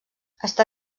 està